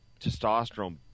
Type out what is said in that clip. Testosterone